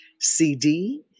CD